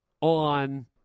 on